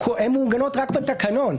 הן מעוגנות רק בתקנון.